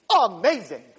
Amazing